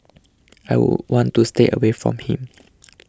I would want to stay away from him